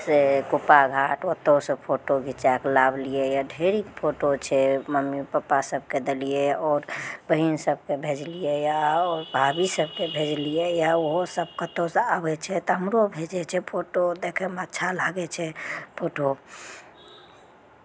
से कोपाघाट ओतयसँ फोटो घिचा कऽ लाबलियैए ढेरिक फोटो छै मम्मी पप्पा सभकेँ देलियै आओर बहीन सभकेँ भेजलियैए आओर भाभी सभकेँ भेजलियैए ओहोसभ कतहुसँ आबै छै तऽ हमरो भेजै छै फोटो देखयमे अच्छा लागै छै फोटो